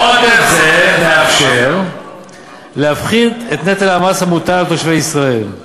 עודף זה מאפשר להפחית את נטל המס המוטל על תושבי ישראל.